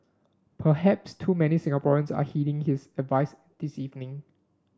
perhaps too many Singaporeans are heeding his advice this evening